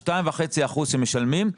ה-2.5 אחוזים שמשלמים,